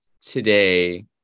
today